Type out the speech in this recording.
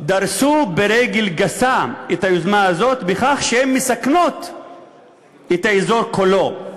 דורסות ברגל גסה את היוזמה הזאת בכך שהן מסכנות את האזור כולו,